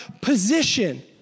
position